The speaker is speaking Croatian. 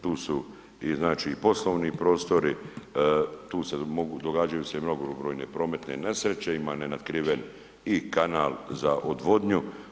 Tu su i znači poslovni prostori, tu se mogu događaju se i mnogobrojne prometne nesreće, ima nenatkriven i kanal za odvodnju.